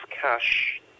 cash